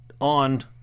on